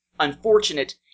Unfortunate